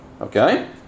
Okay